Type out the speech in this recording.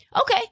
Okay